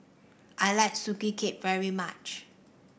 I like Sugee Cake very much